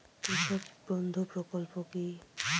কৃষক বন্ধু প্রকল্প কি?